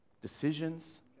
decisions